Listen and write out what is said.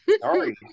Sorry